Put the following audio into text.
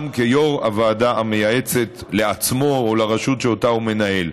כיושב-ראש הוועדה המייעצת לעצמו או לרשות שאותה הוא מנהל.